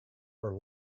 her